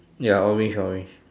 ya orange orange